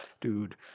dude